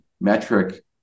metric